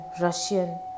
Russian